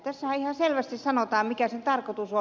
tässähän ihan selvästi sanotaan mikä sen tarkoitus on